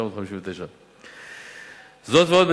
התשי"ט 1959. זאת ועוד,